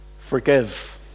forgive